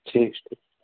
ٹھیٖک چھُ